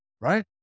right